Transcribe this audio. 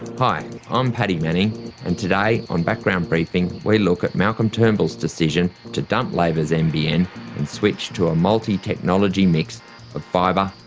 hi, i'm paddy manning and today on background briefing we look at malcolm turnbull's decision to dump labor's nbn and switch to a multi-technology mix of fibre,